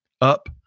up